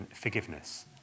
forgiveness